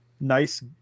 nice